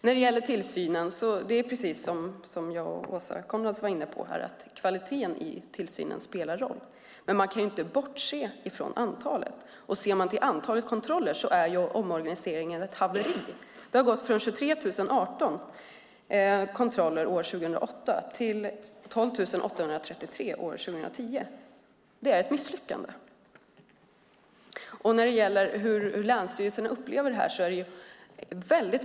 När det gäller tillsynen är det precis som jag och Åsa Coenraads var inne på; kvaliteten i tillsynen spelar roll. Man kan dock inte bortse från antalet. Ser man till antalet kontroller är omorganiseringen ett haveri. Det har gått från 23 018 kontroller 2008 till 12 833 år 2010. Det är ett misslyckande.